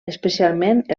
especialment